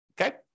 okay